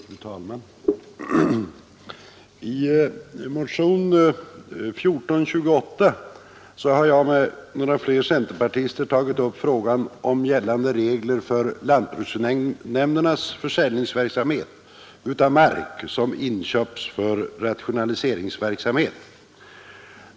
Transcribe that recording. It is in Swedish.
Fru talman! I motionen 1428 har jag och några andra centerpartister tagit upp frågan om gällande regler för lantbruksnämndernas försäljningsverksamhet av mark som inköpts för rationaliseringsverksamhet.